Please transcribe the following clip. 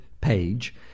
page